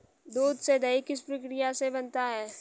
दूध से दही किस प्रक्रिया से बनता है?